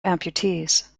amputees